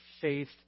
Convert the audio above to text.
faith